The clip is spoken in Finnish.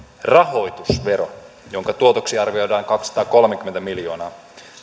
rahoitusvero jonka tuotoksi arvioidaan kaksisataakolmekymmentä miljoonaa